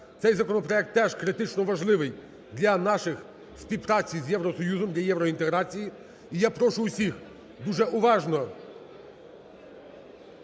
цей законопроект теж критично важливий для нашої співпраці з Євросоюзом, для євроінтеграції. І я прошу всіх дуже уважно